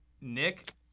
Nick